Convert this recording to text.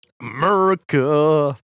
America